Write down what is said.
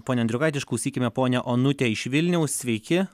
pone andriukaiti išklausykime ponią onutę iš vilniaus sveiki